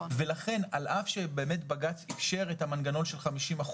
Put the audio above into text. לכן, על אף שבג"ץ אפשר את המנגנון של 50%,